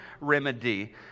remedy